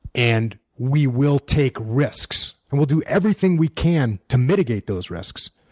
and we will take risks, and we'll do everything we can to mitigate those risks.